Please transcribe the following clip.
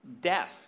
death